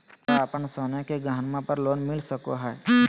हमरा अप्पन सोने के गहनबा पर लोन मिल सको हइ?